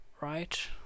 right